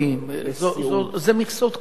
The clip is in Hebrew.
זה מכסות קיימות.